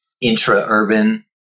intra-urban